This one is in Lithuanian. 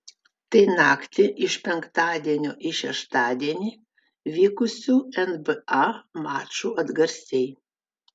tai naktį iš penktadienio į šeštadienį vykusių nba mačų atgarsiai